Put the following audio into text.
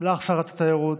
שרת התיירות,